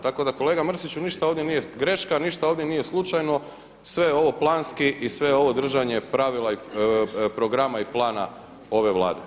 Tako da kolega Mrsiću ništa ovdje nije greška, ništa ovdje nije slučajno, sve je ovo planski i sve je ovo držanje pravila, programa i plana ove Vlade.